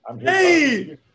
Hey